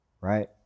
right